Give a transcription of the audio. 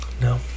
No